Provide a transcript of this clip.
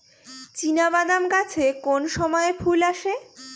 চিনাবাদাম গাছে কোন সময়ে ফুল আসে?